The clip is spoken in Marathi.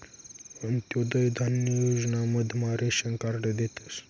अंत्योदय धान्य योजना मधमा रेशन कार्ड देतस